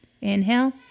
inhale